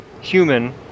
human